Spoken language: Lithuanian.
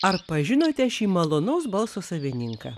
ar pažinote šį malonaus balso savininką